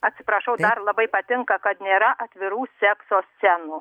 atsiprašau dar labai patinka kad nėra atvirų sekso scenų